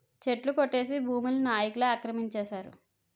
చెట్లు కొట్టేసి భూముల్ని నాయికులే ఆక్రమించేశారు